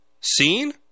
seen